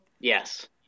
Yes